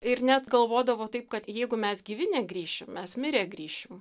ir net galvodavo taip kad jeigu mes gyvi negrįšim mes mirę grįšim